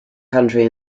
country